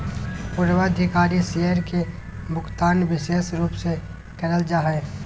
पूर्वाधिकारी शेयर के भुगतान विशेष रूप से करल जा हय